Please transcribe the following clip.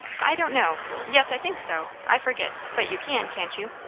i don't know yes, i think so. i forget. but you can, can't you?